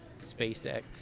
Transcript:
SpaceX